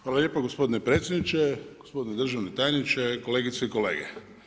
Hvala lijepo gospodin predsjedniče, gospodine državni tajniče, kolegice i kolege.